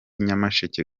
nyamasheke